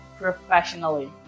professionally